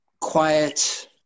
quiet